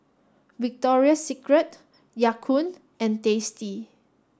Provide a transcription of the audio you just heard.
Victoria Secret Ya Kun and Tasty